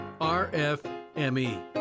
RFME